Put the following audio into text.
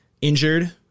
injured